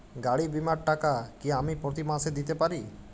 গাড়ী বীমার টাকা কি আমি প্রতি মাসে দিতে পারি?